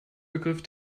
begriff